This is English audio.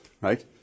right